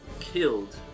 killed